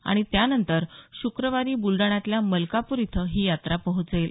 आणि त्यानंतर शुक्रवारी बुलडाण्यातल्या मलकापूर इथं ही यात्रा पोहोचेल